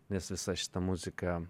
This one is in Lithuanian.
nes visa šita muzika